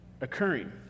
occurring